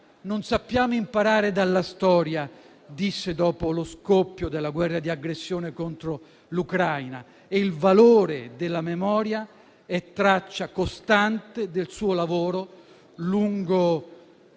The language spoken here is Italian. «Non sappiamo imparare dalla storia», disse dopo lo scoppio della guerra di aggressione contro l'Ucraina. Ed il valore della memoria è traccia costante del suo lavoro lungo